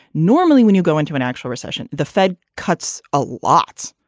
normally when you go into an actual recession, the fed cuts a lot.